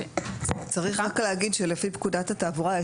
צריך רק להגיד שלפי פקודת התעבורה,